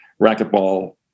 racquetball